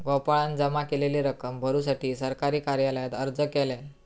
गोपाळान जमा केलेली रक्कम भरुसाठी सरकारी कार्यालयात अर्ज केल्यान